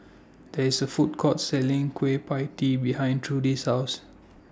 There IS A Food Court Selling Kueh PIE Tee behind Trudie's House